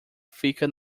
fica